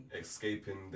escaping